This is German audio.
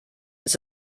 ist